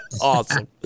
Awesome